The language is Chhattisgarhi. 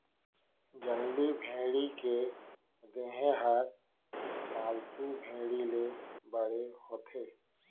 जंगली भेड़ी के देहे ह पालतू भेड़ी ले बड़े होथे